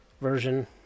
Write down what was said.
version